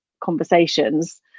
conversations